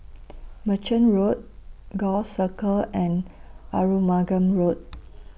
Merchant Road Gul Circle and Arumugam Road